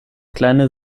kleine